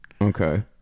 Okay